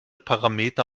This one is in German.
parameter